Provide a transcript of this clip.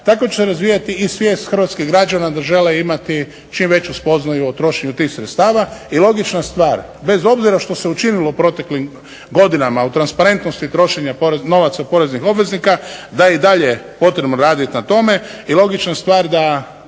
tako će se razvijati i svijest hrvatskih građana da žele imati čim veću spoznaju o trošenju tih sredstava. I logična stvar, bez obzira što se učinilo u proteklim godinama u transparentnosti trošenja novaca poreznih obveznika da je i dalje potrebno radit na tome i logična stvar da